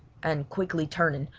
and quickly turning,